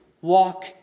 walk